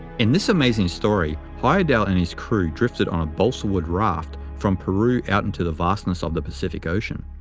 in this amazing story heyerdahl and his crew drifted on a balsa-wood raft from peru out into the vastness of the pacific ocean.